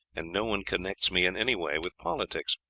and no one connects me in any way with politics.